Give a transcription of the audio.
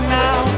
now